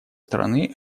стороны